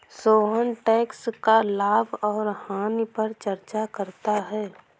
Sohan tax का लाभ और हानि पर चर्चा करता है